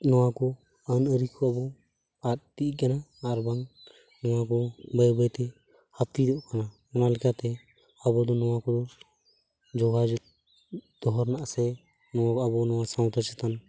ᱱᱚᱣᱟᱠᱚ ᱟᱹᱱᱼᱟᱹᱨᱤ ᱠᱚᱦᱚᱸ ᱟᱫ ᱤᱫᱤᱜ ᱠᱟᱱᱟ ᱟᱨᱵᱟᱝ ᱱᱚᱣᱟᱠᱚ ᱵᱟᱹᱭ ᱵᱟᱹᱭᱛᱮ ᱦᱟᱹᱯᱤᱫᱚᱜ ᱠᱟᱱᱟ ᱚᱱᱟ ᱞᱮᱠᱟᱛᱮ ᱟᱵᱚᱫᱚ ᱱᱚᱣᱟᱠᱚ ᱡᱳᱜᱟᱣ ᱫᱚᱦᱚ ᱨᱮᱱᱟᱜ ᱥᱮ ᱱᱚᱣᱟᱠᱚ ᱟᱵᱚ ᱱᱚᱣᱟ ᱥᱟᱶᱛᱟ ᱪᱮᱛᱟᱱ